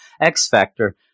X-Factor